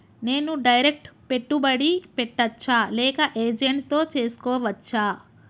నేను డైరెక్ట్ పెట్టుబడి పెట్టచ్చా లేక ఏజెంట్ తో చేస్కోవచ్చా?